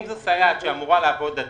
האם זאת סייעת שאמורה לעבוד עד